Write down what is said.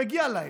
מגיע להם.